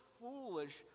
foolish